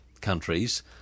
countries